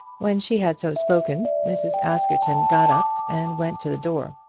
when she had so spoken mrs. askerton got up and went to the door.